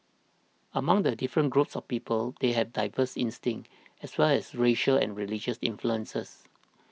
among the different groups of people they have diverse instincts as long as racial and religious influences